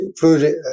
food